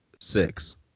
six